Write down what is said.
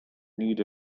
need